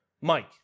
Mike